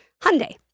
Hyundai